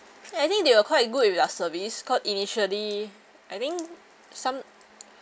I think they were quite good with their service cause initially I think some